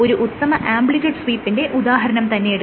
ഒരു ഉത്തമ ആംപ്ലിട്യൂഡ് സ്വീപ്പിന്റെ ഉദാഹരണം തന്നെയെടുക്കാം